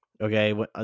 Okay